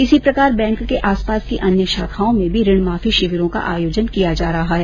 इसी प्रकार बैंक के आस पास की अन्य शाखाओं में भी ऋण माफी शिविर का आयोजन किया जा रहा है